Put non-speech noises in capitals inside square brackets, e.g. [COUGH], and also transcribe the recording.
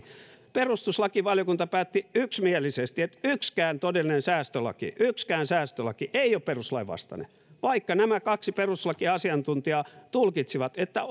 perustuslakivaliokunta päätti yksimielisesti että yksikään todellinen säästölaki yksikään säästölaki ei ole perustuslain vastainen vaikka nämä kaksi perustuslakiasiantuntijaa tulkitsivat että [UNINTELLIGIBLE]